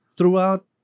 Throughout